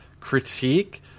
critique